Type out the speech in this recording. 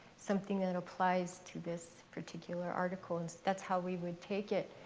something that that applies to this particular article. and that's how we would take it.